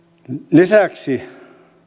lisäksi